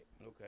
Okay